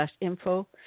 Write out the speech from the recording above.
Info